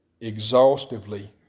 exhaustively